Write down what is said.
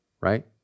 right